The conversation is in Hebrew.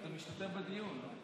היית משתתף בדיון.